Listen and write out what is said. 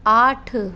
आठ